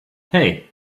hey